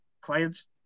clients